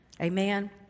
Amen